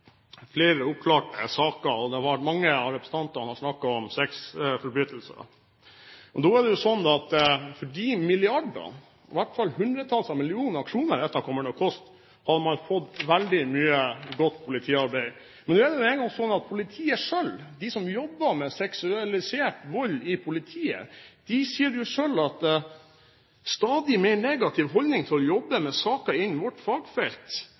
flere oppklarte saker, og mange av representantene har snakket om sexforbrytelser. Nå er det sånn at for de milliardene – i hvert fall hundretalls av millioner kroner – dette kommer til å koste, hadde man fått veldig mye godt politiarbeid. Nå er det engang sånn at politiet selv, de som jobber med seksualisert vold i politiet, sier at det er en stadig mer negativ holdning til å jobbe med saker innen deres fagfelt,